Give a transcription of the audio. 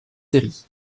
série